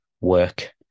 work